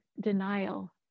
denial